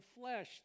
flesh